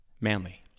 manly